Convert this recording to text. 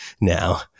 now